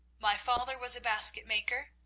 my father was a basket-maker.